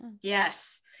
Yes